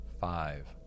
five